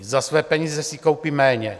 Za své peníze si koupí méně.